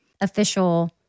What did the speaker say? official